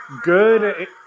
good